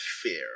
fear